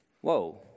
Whoa